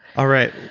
all right.